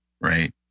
right